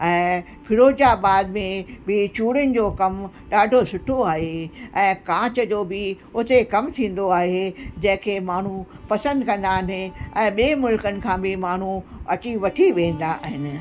ऐं फ़िरोजाबाद में बि चूड़ियुनि जो कमु ॾाढो सुठो आहे ऐं कांच जो बि उते कमु थींदो आहे जंहिं खे माण्हू पसंदि कंदा आहिनि ऐं ॿिएं मुल्कनि मां बि माण्हू अची वठी वेंदा आहिनि